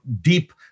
deep